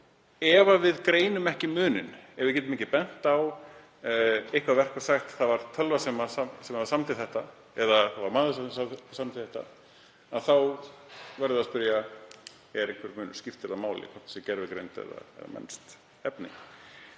ef við greinum ekki muninn, ef við getum ekki bent á eitthvert verk og sagt: Það var tölva sem samdi þetta eða það var maður sem samdi þetta, þá verðum við að spyrja: Er einhver munur? Skiptir máli hvort það sé gervigreind eða mennskt efni?